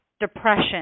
depression